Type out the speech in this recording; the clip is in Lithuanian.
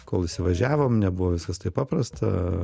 kol įsivažiavom nebuvo viskas taip paprasta